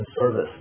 Service